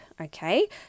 Okay